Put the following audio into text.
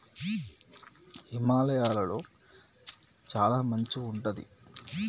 హిమాలయ లొ చాల మంచు ఉంటది